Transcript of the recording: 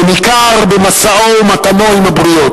וניכר במשאו ומתנו עם הבריות.